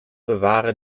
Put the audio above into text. bewahre